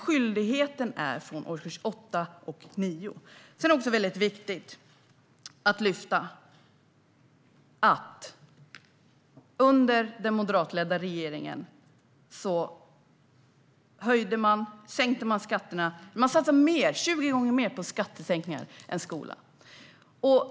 Skyldigheten har man dock från årskurs 8 och 9. Det är också väldigt viktigt att lyfta fram att den moderatledda regeringen satsade 20 gånger mer på skattesänkningar än på skolan.